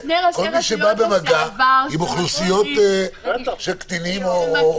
כל מי שבא במגע עם אוכלוסיות של קטינים או חסרי ישע.